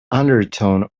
undertone